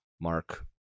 Mark